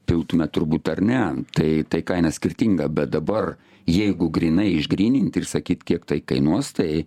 piltume turbūt ar ne tai tai kaina skirtinga bet dabar jeigu grynai išgryninti ir sakyt kiek tai kainuos tai